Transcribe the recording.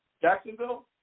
Jacksonville